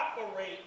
operate